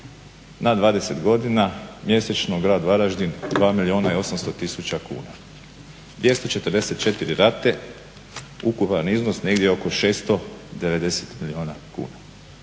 Na 20 godina, mjesečno grad Varaždin 2,800 000 kuna. 244 rate, ukupan iznos negdje oko 690 milijuna kuna.